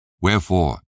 Wherefore